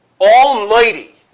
almighty